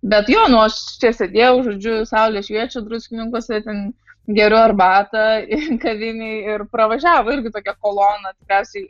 bet jo nu aš čia sėdėjau žodžiu saulė šviečia druskininkuose ten geriu arbatą kavinėj ir pravažiavo irgi tokia kolona tikriausiai